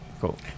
cool